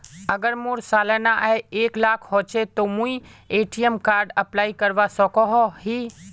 अगर मोर सालाना आय एक लाख होचे ते मुई ए.टी.एम कार्ड अप्लाई करवा सकोहो ही?